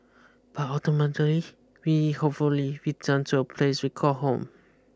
but ultimately we hopefully return to a place we call home